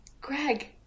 Greg